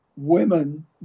Women